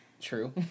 True